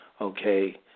Okay